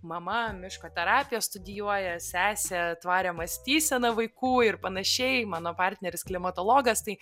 mama miško terapiją studijuoja sesė tvarią mąstyseną vaikų ir panašiai mano partneris klimatologas tai